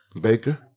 Baker